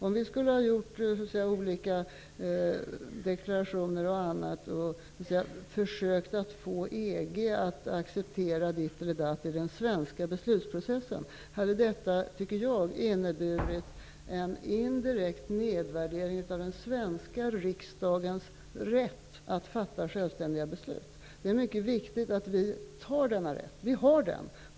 Om vi skulle ha gjort olika deklarationer etc. och försökt att få EG att acceptera ditt eller datt i den svenska beslutsprocessen, tycker jag att detta hade inneburit en indirekt nedvärdering av den svenska riksdagens rätt att fatta självständiga beslut. Det är mycket viktigt att vi tar den rätt som vi har.